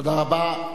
תודה רבה.